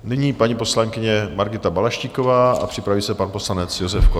Nyní paní poslankyně Margita Balaštíková a připraví se pan poslanec Josef Kott.